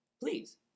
please